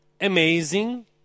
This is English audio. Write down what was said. amazing